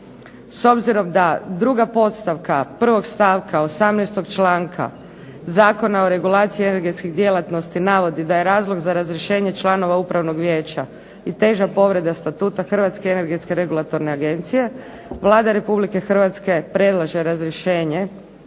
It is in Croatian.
S obzirom da druga podstavka 1. stavka 18. članka Zakona o regulaciji energetskih djelatnosti navodi da je razlog za razrješenje članova upravnog vijeća i teža povreda statuta Hrvatske energetske regulatorne agencije, Vlada Republike Hrvatske predlaže razrješenje